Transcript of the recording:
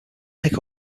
pick